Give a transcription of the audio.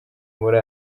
muri